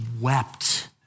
wept